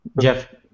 Jeff